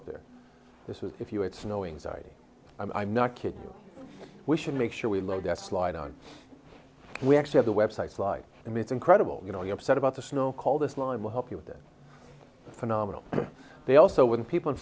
up there this was if you it's snowing i'm not kidding you we should make sure we load that slide on we actually have the websites like i mean it's incredible you know you're upset about the snow call this line will help you with that phenomenal they also when people in